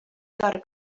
gotta